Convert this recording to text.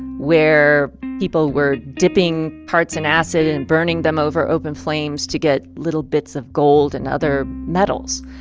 where people were dipping parts in acid and burning them over open flames to get little bits of gold and other metals.